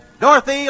Dorothy